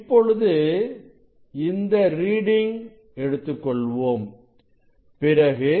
இப்பொழுது இந்த ரீடிங் எடுத்துக்கொள்வோம் பிறகு